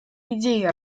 идее